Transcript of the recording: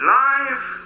life